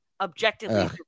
objectively